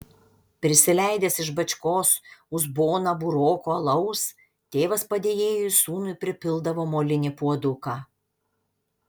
prisileidęs iš bačkos uzboną burokų alaus tėvas padėjėjui sūnui pripildavo molinį puoduką